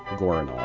goranov,